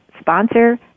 sponsor